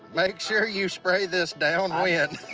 make sure you spray this downwind.